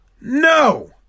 No